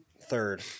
third